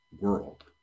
world